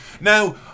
Now